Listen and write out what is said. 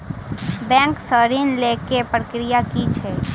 Bank सऽ ऋण लेय केँ प्रक्रिया की छीयै?